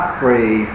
free